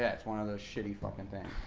yeah it's one of those shitty fucking things.